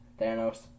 Thanos